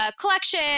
collection